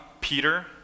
Peter